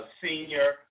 Senior